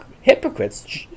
hypocrites